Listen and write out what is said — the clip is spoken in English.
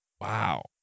Wow